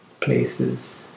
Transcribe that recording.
places